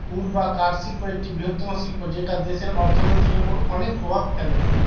would বা কাঠ শিল্প একটি বৃহত্তম শিল্প যেটা দেশের অর্থনীতির ওপর অনেক প্রভাব ফেলে